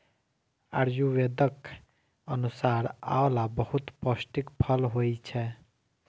आयुर्वेदक अनुसार आंवला बहुत पौष्टिक फल होइ छै